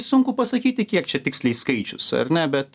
sunku pasakyti kiek čia tiksliai skaičius ar ne bet